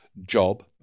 job